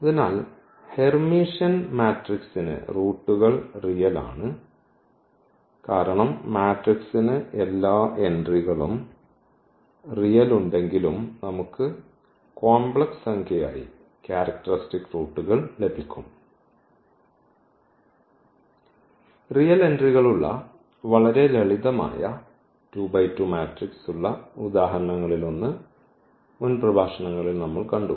അതിനാൽ ഹെർമിഷ്യൻ മാട്രിക്സിന് റൂട്ടുകൾ റിയൽ ആണ് കാരണം മാട്രിക്സിന് എല്ലാ എൻട്രികളും റിയൽ ഉണ്ടെങ്കിലും നമുക്ക് കോംപ്ലക്സ് സംഖ്യയായി ക്യാരക്ടറിസ്റ്റിക് റൂട്ടുകൾ ലഭിക്കും റിയൽ എൻട്രികളുള്ള വളരെ ലളിതമായ 2 ബൈ 2 മാട്രിക്സ് ഉള്ള ഉദാഹരണങ്ങളിലൊന്ന് മുൻ പ്രഭാഷണങ്ങളിൽ നമ്മൾ കണ്ടു